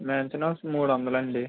mansion house మూడు వందలు అండి